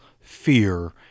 fear